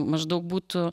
maždaug būtų